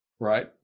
Right